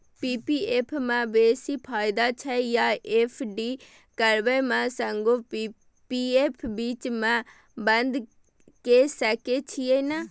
P P F म बेसी फायदा छै या एफ.डी करबै म संगे पी.पी एफ बीच म बन्द के सके छियै न?